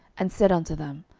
and said unto them,